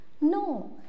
no